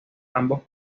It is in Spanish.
ambos